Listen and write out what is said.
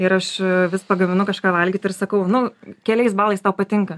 ir aš vis pagaminu kažką valgyti ir sakau nu keliais balais tau patinka